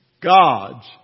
God's